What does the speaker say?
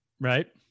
Right